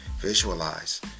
visualize